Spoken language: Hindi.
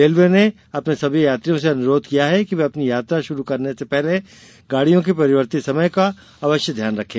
रेलवे ने अपने सभी यात्रियों से अनुरोध किया है कि वे अपनी यात्रा शुरू करने से पहले गाड़ियों के परिवर्तित समय को अवश्य ध्यान में रखें